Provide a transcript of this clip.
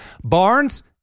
Barnes